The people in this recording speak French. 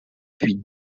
puis